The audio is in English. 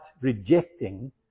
rejecting